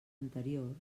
anterior